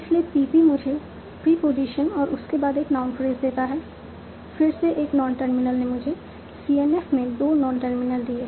इसलिए PP मुझे preposition और उसके बाद एक नाउन फ्रेज देता है फिर से एक नॉन टर्मिनल ने मुझे CNF में 2 नॉन टर्मिनल दिए